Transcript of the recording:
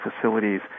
facilities